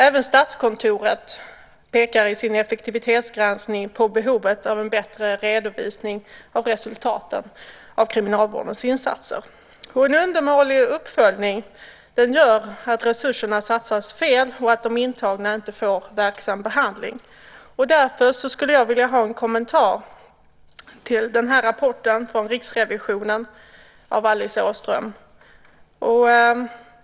Även Statskontoret pekar i sin effektivitetsgranskning på behovet av en bättre redovisning av resultaten av kriminalvårdens insatser. En undermålig uppföljning gör att resurserna satsas fel och att de intagna inte får verksam behandling. Därför skulle jag vilja ha en kommentar av Alice Åström till rapporten från Riksrevisionen.